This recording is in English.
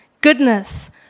goodness